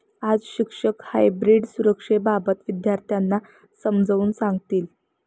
आज शिक्षक हायब्रीड सुरक्षेबाबत विद्यार्थ्यांना समजावून सांगतील